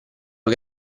che